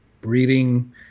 breeding